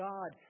God